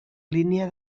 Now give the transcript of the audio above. línia